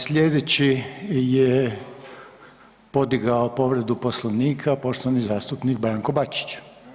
Sljedeći je podigao povredu Poslovnika poštovani zastupnik Branko Bačić.